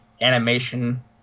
animation